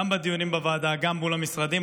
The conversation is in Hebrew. גם בדיונים בוועדה וגם מול המשרדים.